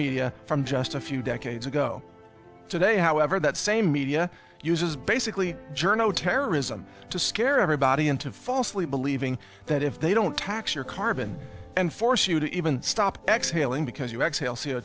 media from just a few decades ago today however that same media uses basically journo terrorism to scare everybody into falsely believing that if they don't tax your cause carbon and force you to even stop exhaling because you exhale c o